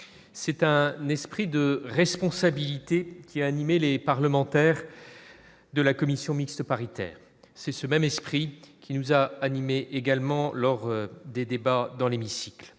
c'est un n', esprit de responsabilité qui a animé les parlementaires de la commission mixte paritaire, c'est ce même esprit qui nous a animés également lors des débats dans l'hémicycle,